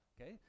okay